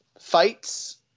fights